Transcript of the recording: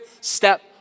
step